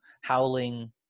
howling